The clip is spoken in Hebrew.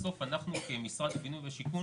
בסוף אנחנו כמשרד הבינוי והשיכון